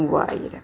മൂവായിരം